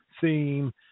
theme